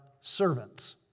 servants